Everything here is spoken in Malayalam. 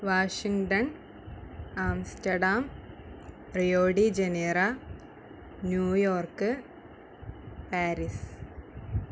Washington Amsterdam Rio de Janeiro New York Paris